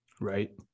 Right